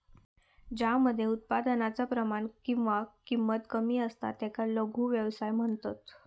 ज्या मध्ये उत्पादनाचा प्रमाण किंवा किंमत कमी असता त्याका लघु व्यवसाय म्हणतत